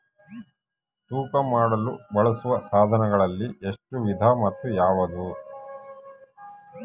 ತೂಕ ಮಾಡಲು ಬಳಸುವ ಸಾಧನಗಳಲ್ಲಿ ಎಷ್ಟು ವಿಧ ಮತ್ತು ಯಾವುವು?